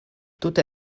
tute